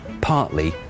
partly